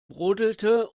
brodelte